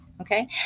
Okay